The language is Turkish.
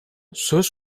söz